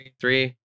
Three